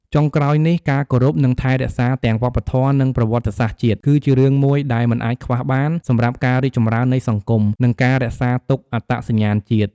ចុងក្រោយនេះ ការគោរព និងថែរក្សាទាំងវប្បធម៌ និងប្រវត្តិសាស្ត្រជាតិ គឺជារឿងមួយដែលមិនអាចខ្វះបានសម្រាប់ការរីកចម្រើននៃសង្គម និងការរក្សាទុកអត្តសញ្ញាណជាតិ។